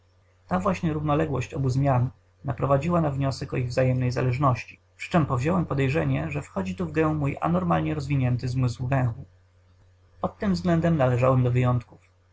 ta właśnie równoległość obu zmian naprowadziła na wniosek o ich wzajemnej zależności przyczem powziąłem podejrzenie iż wchodzi tu w grę mój anormalnie rozwinięty zmysł węchu pod tym względem należałem do wyjątków